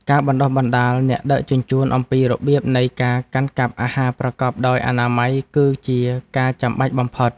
ការបណ្ដុះបណ្ដាលអ្នកដឹកជញ្ជូនអំពីរបៀបនៃការកាន់កាប់អាហារប្រកបដោយអនាម័យគឺជាការចាំបាច់បំផុត។